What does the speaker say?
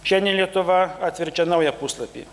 šiandien lietuva atverčia naują puslapį